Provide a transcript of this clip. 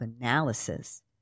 analysis